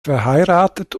verheiratet